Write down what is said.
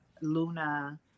Luna